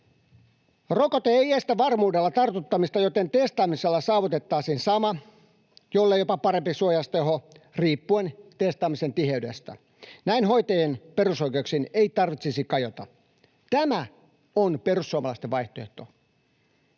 Rokote ei estä varmuudella tartuttamista, joten testaamisella saavutettaisiin sama, jollei jopa parempi, suojausteho riippuen testaamisen tiheydestä. Näin hoitajien perusoikeuksiin ei tarvitsisi kajota. Tämä on perussuomalaisten vaihtoehto.